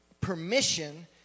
permission